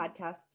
Podcasts